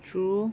true